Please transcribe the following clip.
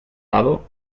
lado